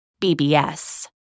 BBS